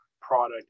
product